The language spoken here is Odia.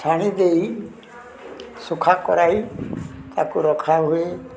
ଛାଣି ଦେଇ ଶୁଖା କରାଇ ତାକୁ ରଖା ହୁୁଏ